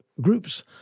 groups